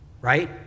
Right